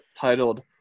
titled